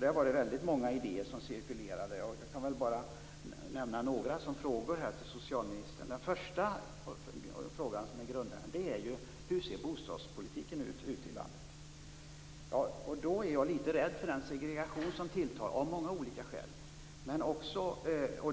Där var det väldigt många idéer som cirkulerade. Jag kan bara nämna några som frågor till socialministern. Den första grundläggande frågan är: Hur ser bostadspolitiken ut ute i landet? Jag är lite rädd för den segregation som tilltar av många olika skäl.